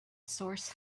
source